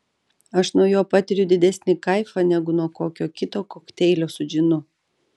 aš nuo jo patiriu didesnį kaifą negu nuo kokio kito kokteilio su džinu